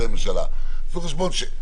עשו חשבון אם